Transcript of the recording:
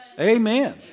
Amen